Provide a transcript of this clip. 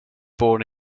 born